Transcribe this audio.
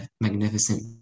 magnificent